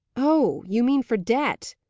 oh, you mean for debt!